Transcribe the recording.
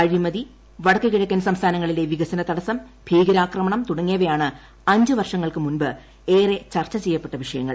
അഴിമതി വടക്കുകിഴക്കൻ സംസ്ഥാനങ്ങളിലെ വികസന തടസ്സം ഭീകരാക്രമണം തുടങ്ങിയവയാണ് അഞ്ച് വർഷങ്ങൾക്കു മുമ്പ് ഏറെ ചർച്ച ചെയ്യപ്പെട്ട വിഷയങ്ങൾ